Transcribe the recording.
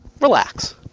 relax